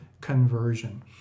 conversion